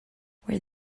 where